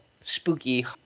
spooky